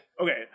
okay